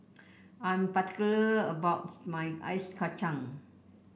I'm particular about my Ice Kacang